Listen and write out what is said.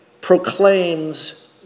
proclaims